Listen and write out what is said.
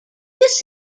this